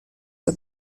for